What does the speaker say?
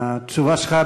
התשובה שלך,